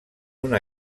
una